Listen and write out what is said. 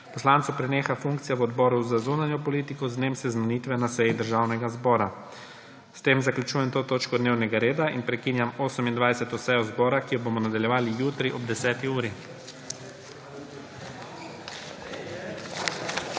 Poslancu preneha funkcija v Odboru za zunanjo politiko z dnem seznanitve na seji Državnega zbora. S tem zaključujem to točko dnevnega reda. Prekinjam 28. sejo zbora, ki jo bomo nadaljevali jutri ob 10. uri.